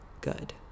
good